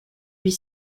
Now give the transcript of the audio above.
huit